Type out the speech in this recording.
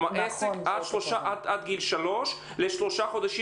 כלומר, עסק עד גיל שלוש לשלושה חודשים.